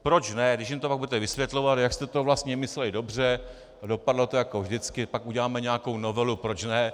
Proč ne, když jim to pak budeme vysvětlovat, jak jste to vlastně mysleli dobře a dopadlo to jako vždycky, pak uděláme nějakou novelu, proč ne.